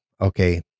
okay